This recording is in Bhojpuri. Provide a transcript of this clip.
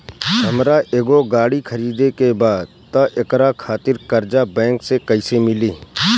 हमरा एगो गाड़ी खरीदे के बा त एकरा खातिर कर्जा बैंक से कईसे मिली?